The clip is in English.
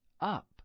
Up